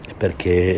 perché